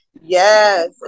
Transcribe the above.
Yes